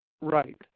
Right